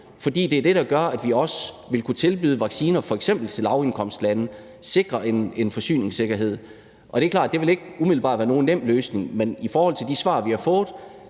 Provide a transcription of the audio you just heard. For det er det, der også gør, at vi vil kunne tilbyde vacciner til f.eks. lavindkomstlande og sikre en forsyningssikkerhed. Det er klart, at det ikke umiddelbart vil være nogen nem løsning, men i forhold til de svar, vi har fået,